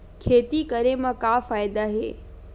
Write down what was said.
खेती करे म का फ़ायदा हे?